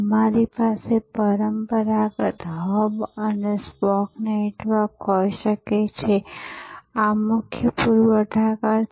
અમારી પાસે પરંપરાગત હબ અને સ્પોક નેટવર્ક હોઈ શકે છે આ મુખ્ય પૂરવઠાકર છે